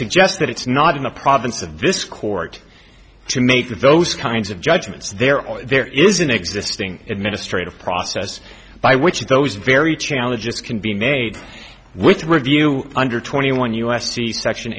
suggest that it's not in the province of this court to make those kinds of judgments there or there is an existing administrative process by which those very challenged can be made which review under twenty one u s c section